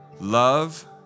Love